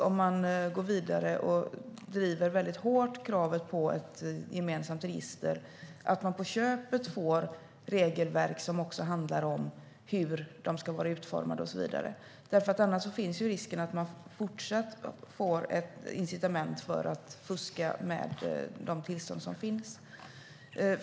Om man går vidare och väldigt hårt driver kravet på ett gemensamt register finns en risk att man på köpet får regelverk som handlar om hur de ska vara utformade och så vidare. Annars finns risken att man har ett fortsatt incitament att fuska med de tillstånd som finns.